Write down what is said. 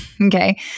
Okay